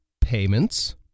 payments